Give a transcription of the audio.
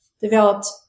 developed